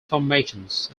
formations